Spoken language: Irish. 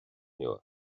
nua